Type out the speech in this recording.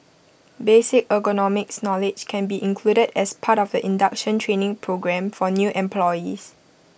basic ergonomics knowledge can be included as part of the induction training programme for new employees